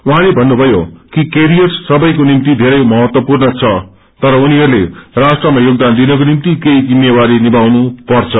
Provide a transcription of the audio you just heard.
उहाँले भन्नुभयो कि केरियार सबैको निभ्ति धेरै महत्त्वपूर्ण छ तर उनीहरूले राष्ट्रमा योगवान दिनको निम्ति केझी जिम्मेदारी निभाउनु पर्छ